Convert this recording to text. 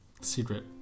Secret